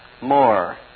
more